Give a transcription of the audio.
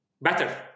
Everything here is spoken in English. better